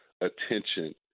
attention